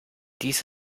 dies